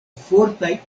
fortaj